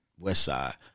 Westside